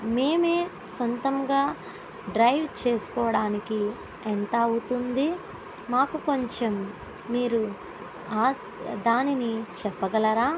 మేమే సొంతంగా డ్రైవ్ చేసుకోవడానికి ఎంత అవుతుంది మాకు కొంచెం మీరు దానిని చెప్పగలరా